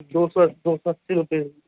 دو سو دو سو اسّی روپئے